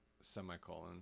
semicolon